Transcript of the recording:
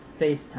FaceTime